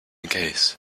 case